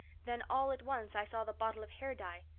then all at once i saw the bottle of hair dye.